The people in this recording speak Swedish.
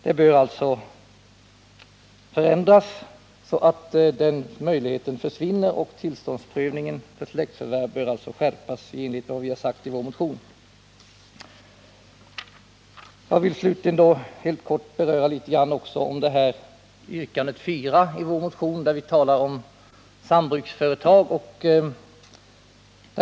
Det bör alltså bli en ändring, och tillståndsprövningen för släktförvärv bör skärpas i enlighet med vad vi har sagt i vår motion. Jag vill slutligen helt kort beröra yrkandet 4 i vår motion, där vi talar om sambruksföretag.